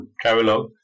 travelogue